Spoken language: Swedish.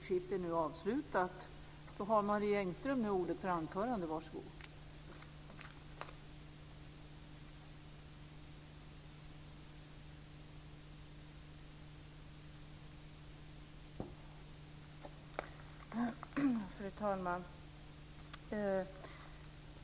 Fru talman!